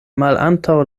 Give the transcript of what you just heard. malantaŭ